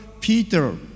Peter